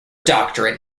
doctorate